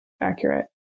accurate